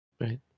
right